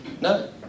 No